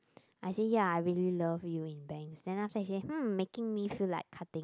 I say ya I really love you in bangs then after that she say hmm making me feel like cutting